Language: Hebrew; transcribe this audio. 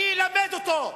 אני אלמד אותו,